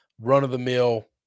run-of-the-mill